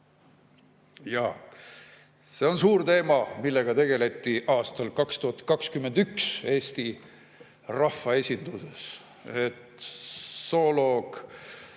Ja see on suur teema, millega tegeleti aastal 2021 Eesti rahvaesinduses! Zooloog,